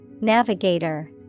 Navigator